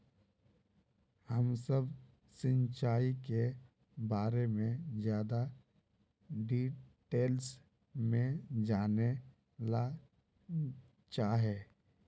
हम सब सिंचाई के बारे में ज्यादा डिटेल्स में जाने ला चाहे?